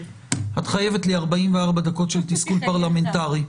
את חייבת לי 44 דקות של תסכול פרלמנטרי.